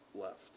left